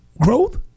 growth